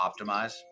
optimize